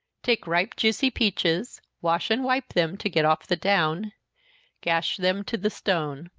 take ripe juicy peaches wash and wipe them, to get off the down gash them to the stone.